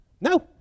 No